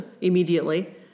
immediately